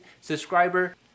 subscriber